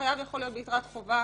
החייב יכול להיות ביתרת חובה.